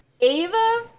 Ava